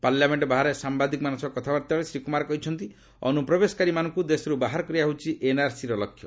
parliament ବାହାରେ ସାମ୍ବାଦିକମାନଙ୍କ ସହ କଥାବାର୍ତ୍ତାବେଳେ ଶ୍ରୀ କୁମାର କହିଛନ୍ତି ଅନୁପ୍ରବେଶକାରୀମାନଙ୍କୁ ଦେଶରୁ ବାହାର କରିବା ହେଉଛି ଏନ୍ଆର୍ସିର ଲକ୍ଷ୍ୟ